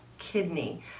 kidney